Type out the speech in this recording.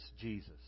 Jesus